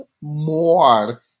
more